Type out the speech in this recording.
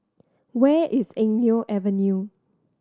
where is Eng Neo Avenue